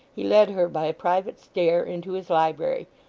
he led her by a private stair into his library,